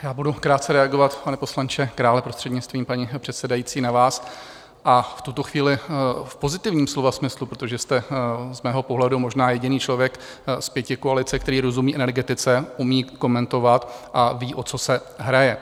Já budu krátce reagovat, pane poslanče Králi, prostřednictvím paní předsedající, na vás, a v tuto chvíli v pozitivním slova smyslu, protože jste z mého pohledu možná jediný člověk z pětikoalice, který rozumí energetice, umí jí komentovat a ví, o co se hraje.